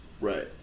Right